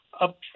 up